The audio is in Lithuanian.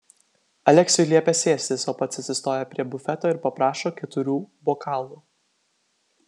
aleksiui liepia sėstis o pats atsistoja prie bufeto ir paprašo keturių bokalų